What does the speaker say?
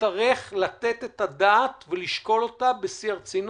יצטרך לתת את הדעת ולשקול אותה בשיא הרצינות.